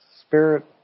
Spirit